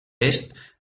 est